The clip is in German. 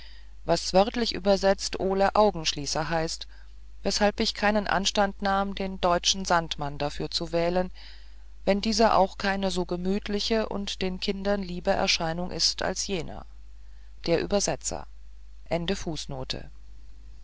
was wörtlich übersetzt ole augenschließer heißt weshalb ich keinen anstand nahm den deutschen sandmann dafür zu wählen wenn dieser auch keine so gemütliche und den kindern liebe erscheinung als jener der übersetzer